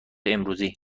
امروزی